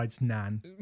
nan